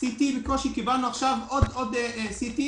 בקושי קבלנו עכשיו עוד CT,